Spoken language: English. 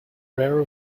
rare